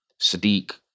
Sadiq